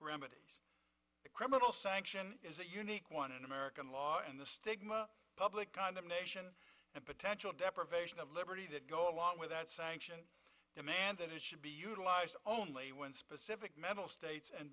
the criminal sanction is a unique one in american law and the stigma public condemnation and potential deprivation of liberty that go along with that sanction demand that it should be utilized only when specific mental states and